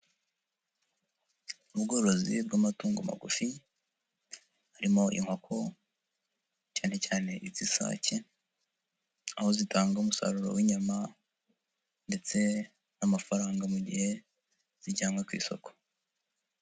Ubworozi bw'amatungo magufi harimo inkoko cyane cyane iz'isake, aho zitanga umusaruro w'inyama ndetse n'amafaranga mu gihe zijyanwe ku isoko.